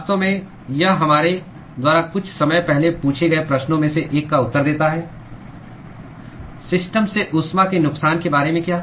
वास्तव में यह हमारे द्वारा कुछ समय पहले पूछे गए प्रश्नों में से एक का उत्तर देता है सिस्टम से ऊष्मा के नुकसान के बारे में क्या